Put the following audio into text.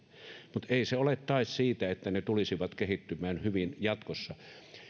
mutta ei se ole tae siitä että ne tulisivat kehittymään hyvin jatkossa